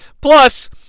Plus